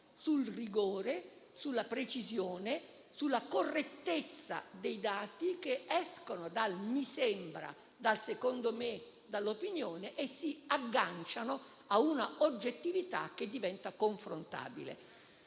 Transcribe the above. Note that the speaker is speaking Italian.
sul rigore, sulla precisione, sulla correttezza dei dati che escono dal «mi sembra», dal «secondo me», dall'opinione e si agganciano a una oggettività che diventa confrontabile.